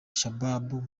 shabab